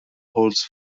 هولز